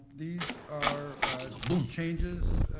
these are changes,